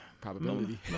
probability